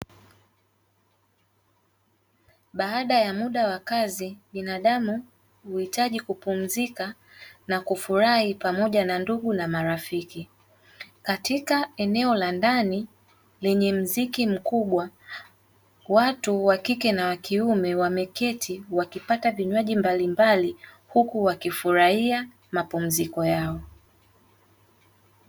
Baada ya muda wa kazi, binaadamu huitaji kupumzika na kufurahi pamoja na ndugu ma marafiki. Katika eneo la ndani lenye mziki mkubwa watu wakike na wakiume wameketi wakipata vinywaji mbalimbali huku wakifurahia mapumziko yao.